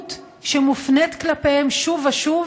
אלימות שמופנית כלפיהם שוב ושוב,